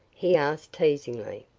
he asked teasingly.